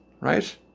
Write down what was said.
Right